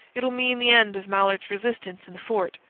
it'll mean the end of mallard's resistance in the fort.